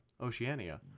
Oceania